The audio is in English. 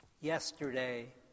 Yesterday